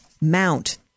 mount